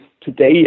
Today